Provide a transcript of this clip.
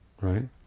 Right